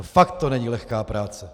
Fakt to není lehká práce.